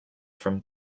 from